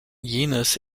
jenes